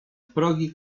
progi